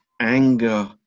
anger